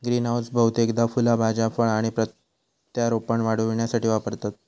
greenhouse बहुतेकदा फुला भाज्यो फळा आणि प्रत्यारोपण वाढविण्यासाठी वापरतत